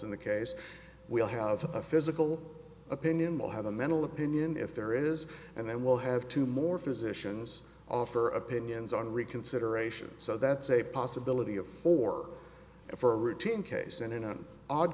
in the case we'll have a physical opinion will have a mental opinion if there is and then we'll have two more physicians offer opinions on reconsideration so that's a possibility of four for a routine case and in an odd